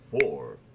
four